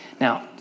Now